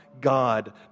God